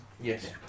Yes